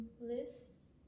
lists